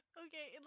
okay